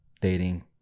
dating